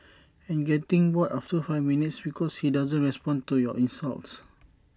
and getting bored after five minutes because he doesn't respond to your insults